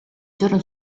giugno